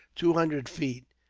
two hundred feet,